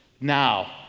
Now